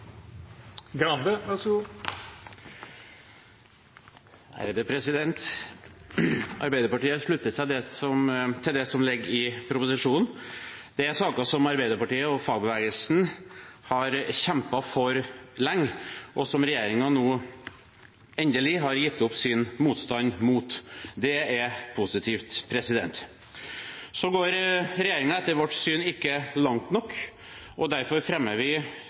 saker som Arbeiderpartiet og fagbevegelsen har kjempet for lenge, og som regjeringen nå endelig har gitt opp sin motstand mot. Det er positivt. Så går regjeringen etter vårt syn ikke langt nok. Derfor fremmer vi